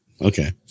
Okay